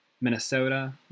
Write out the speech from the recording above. Minnesota